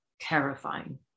terrifying